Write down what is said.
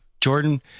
Jordan